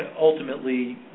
ultimately